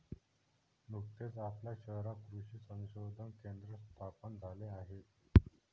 नुकतेच आपल्या शहरात कृषी संशोधन केंद्र स्थापन झाले आहे